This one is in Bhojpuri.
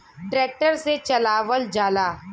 ट्रेक्टर से चलावल जाला